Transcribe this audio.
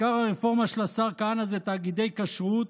עיקר הרפורמה של השר כהנא זה תאגידי כשרות,